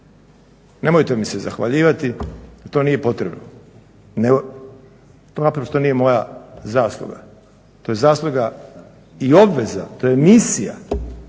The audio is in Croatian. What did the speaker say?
Nemojte mi se zahvaljivati, to nije potrebno. Nego to naprosto nije moja zasluga. To je zasluga i obveza, to je misija,